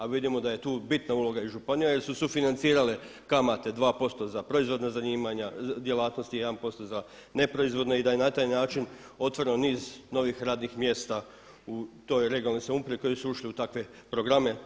A vidimo da je tu bitna uloga i županija jer su sufinancirale kamate 2% za proizvodna zanimanja, djelatnosti, 1% za neproizvodne i da je na taj način otvoreno niz radnih mjesta u toj regionalnoj samoupravi koji su ušli u takve programe.